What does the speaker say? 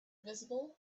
visible